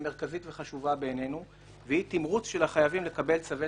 כמובן בסופו של דבר ייטיב גם עם הזוכים שיקבלו את